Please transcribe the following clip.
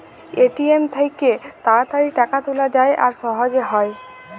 ATM থ্যাইকে তাড়াতাড়ি টাকা তুলা যায় আর সহজে হ্যয়